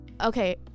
Okay